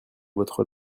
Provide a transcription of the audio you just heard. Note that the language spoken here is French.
votre